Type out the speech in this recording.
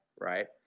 right